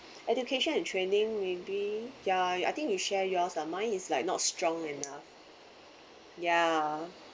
education and training maybe ya I think you share yours lah mine is like not strong enough ya